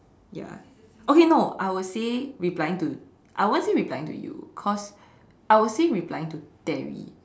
ya okay no I will say replying to I won't say replying to you cause I will say replying to Terry